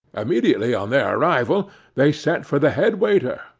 immediately on their arrival they sent for the head waiter,